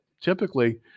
typically